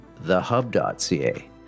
thehub.ca